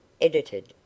Edited